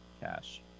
cash